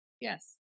Yes